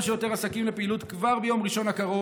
שיותר עסקים לפעילות כבר ביום ראשון הקרוב,